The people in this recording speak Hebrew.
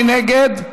מי נגד?